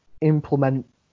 implement